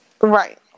right